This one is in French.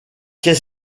qu’est